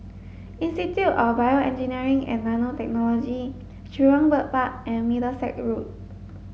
Institute of BioEngineering and Nanotechnology Jurong Bird Park and Middlesex Road